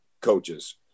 coaches